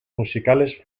musicales